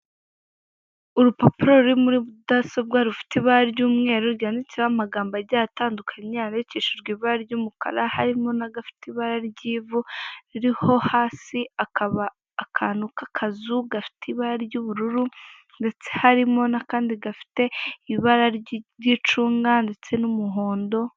Urupapuro ruri muri mudasobwa rufite ibara ry'umweru ryanditseho amagambo agiye atandukanye yandikishijwe ibara ry'umukara harimo nagafite ibara ry'ivu ririho hasi akaba akantu kakazu gafite ibara ry'ubururu ndetse harimo nakandi gafite ibara ry'icunga ndetse n'umuhondo.